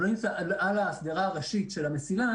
הוא לא נמצא על השדרה הראשית של המסילה,